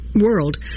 world